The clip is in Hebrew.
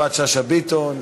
ויפעת שאשא ביטון.